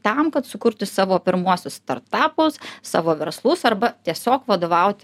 tam kad sukurtų savo pirmuosius startapus savo verslus arba tiesiog vadovaut